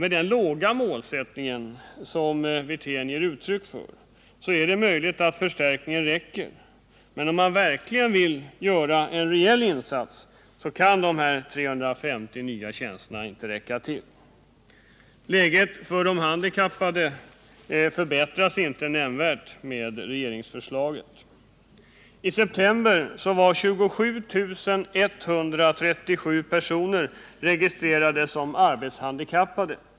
Med den låga målsättning som Rolf Wirtén ger uttryck för är det möjligt att förstärkningen räcker, men om man verkligen vill göra en insats kan de 350 nya tjänsterna inte räcka till. Läget för handikappade förbättras inte nämnvärt genom regeringens förslag. I september var 27 137 personer registrerade såsom arbetshandikappade.